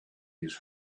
his